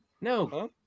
No